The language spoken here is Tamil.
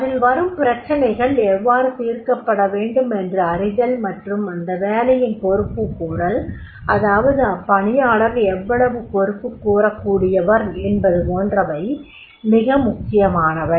அதில் வரும் பிரச்சினைகள் எவ்வாறு தீர்க்கப்பட வேண்டும் என்று அறிதல் மற்றும் அந்த வேலையின் பொறுப்புக்கூறல் அதாவது அப்பணியாளர் எவ்வளவு பொறுப்புக்கூறக்கூடியவர் என்பது போன்றவை மிக முக்கியமானவை